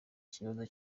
ikibazo